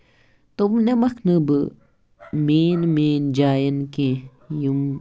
تٔمۍ نِمَکھ نہٕ بہٕ مین مین جاٮ۪ن کیٚنہہ یِم